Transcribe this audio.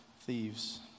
thieves